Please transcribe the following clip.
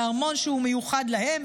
בארמון שהוא מיוחד להם,